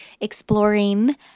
exploring